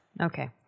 Okay